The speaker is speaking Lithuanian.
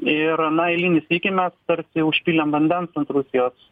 ir na eilinį sykį mes tarsi užpylėm vandens ant rusijos